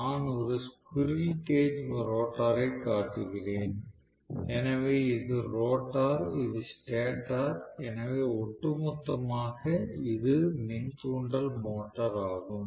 நான் ஒரு squirrel cage ரோட்டரைக் காட்டுகிறேன் எனவே இது ரோட்டார் இது ஸ்டேட்டர் எனவே ஒட்டுமொத்தமாக இது மின் தூண்டல் மோட்டார் ஆகும்